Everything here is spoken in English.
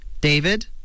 David